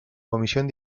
comisión